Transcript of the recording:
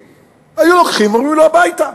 היו לוקחים ואומרים לו: הביתה,